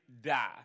die